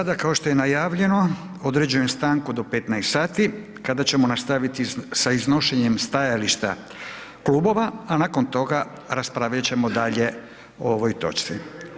I sada kao što je najavljeno, određujem stanku do 15 sati, kada ćemo nastaviti sa iznošenjem stajališta klubova, a nakon toga raspravljat ćemo dalje o ovoj točci.